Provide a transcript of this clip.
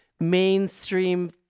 mainstream